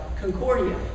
Concordia